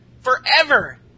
forever